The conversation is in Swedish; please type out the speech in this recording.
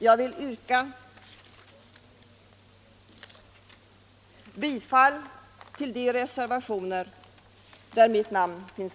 Jag yrkar bifall till de reservationer där mitt namn återfinns.